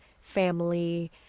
family